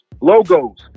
logos